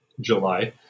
July